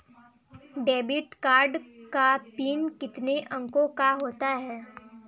Debit card का PIN कितने अंकों का होता है?